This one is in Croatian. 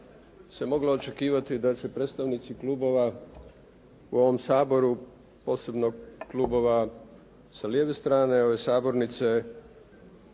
se moglo očekivati da će predstavnici klubova u ovom Saboru, posebno klubova sa lijeve strane ove sabornice